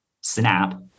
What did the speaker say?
SNAP